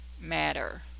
matter